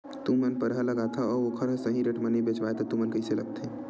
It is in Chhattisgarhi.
तू मन परहा लगाथव अउ ओखर हा सही रेट मा नई बेचवाए तू मन ला कइसे लगथे?